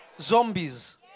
zombies